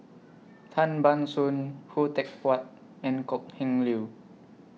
Tan Ban Soon Khoo Teck Puat and Kok Heng Leun